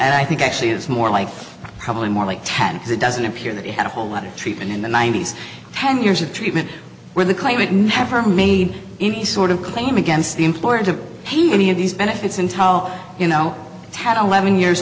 and i think actually it's more like probably more like ten because it doesn't appear that it had a whole lot of treatment in the ninety's ten years of treatment where the climate never made any sort of claim against the employer to pay for any of these benefits and tell you know tattle levin years